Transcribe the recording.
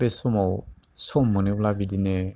बे समाव सम मोनोब्ला बिदिनो